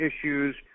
issues